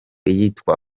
iyitwa